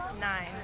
Nine